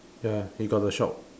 ya he got the shock